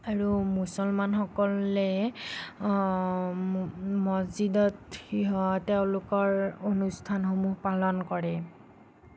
আৰু মুছলমানসকলে ম মহজিদত সিহঁত তেওঁলোকৰ অনুষ্ঠানসমূহ পালন কৰে